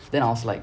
then I was like